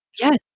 Yes